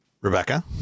rebecca